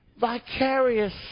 Vicarious